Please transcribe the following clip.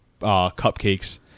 cupcakes